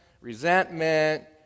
resentment